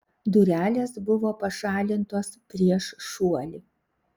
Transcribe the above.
durelės buvo pašalintos prieš šuolį